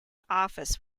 office